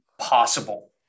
possible